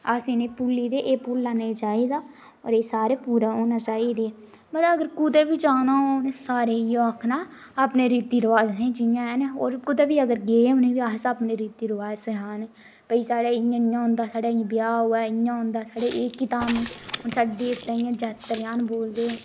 अस इ'नें गी भुल्ली गेदे एह् निं भुल्लना चाहिदा और एह् सारे पूरा होने चाहिदे अगर कुतै बी जाना हो उ'नें सारें गी इ'यै आखना अपने रीति रिवाज असें जि'यां ऐन और कुतै बी अगर गे उ'नें गी अस अपने रीति रिवाज सनाने भाई साढ़े इ'यां इ'यां होंदा साढ़े ब्याह् होऐ इ'यां होंदा साढ़े हून साढ़े देवते इ'यां जात्तरायान बोलदे